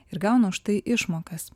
ir gauna už tai išmokas